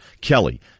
Kelly